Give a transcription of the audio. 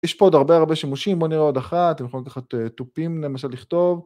יש פה עוד הרבה הרבה שימושים בוא נראה עוד אחת אתם יכולים לקחת תופים למשל לכתוב